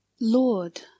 Lord